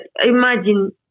imagine